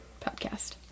podcast